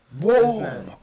Whoa